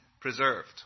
preserved